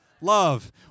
Love